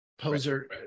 poser